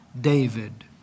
David